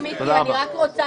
חברים, אני רוצה